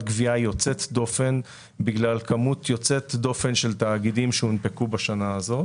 גבייה יוצאת דופן בגלל כמות יוצאת דופן של תאגידים שהונפקו בשנה הזאת.